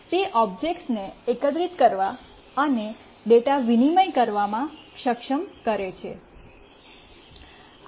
તે ઓબ્જેક્ટ્સને એકત્રિત કરવા અને ડેટા વિનિમય કરવામાં સક્ષમ કરે છે